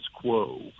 quo